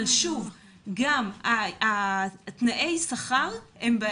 שוב, תנאי השכר הם בעייתיים.